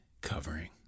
covering